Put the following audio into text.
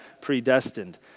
predestined